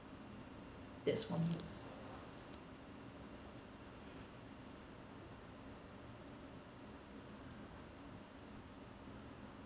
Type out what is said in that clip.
that's for me